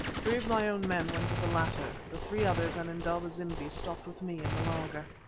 three of my own men went with the latter, the three others and indaba-zimbi stopped with me in the laager.